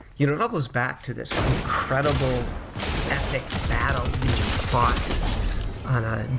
you know it all goes back to this incredible epic battle being fought on a and